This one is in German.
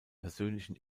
persönlichen